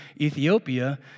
Ethiopia